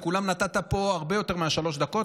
לכולם נתת פה הרבה יותר משלוש דקות,